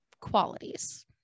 qualities